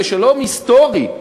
לשלום היסטורי,